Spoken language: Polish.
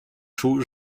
czuł